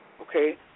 Okay